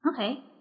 Okay